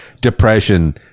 depression